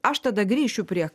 aš tada grįšiu prie